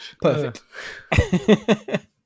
Perfect